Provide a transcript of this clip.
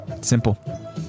simple